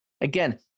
Again